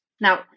now